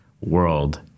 world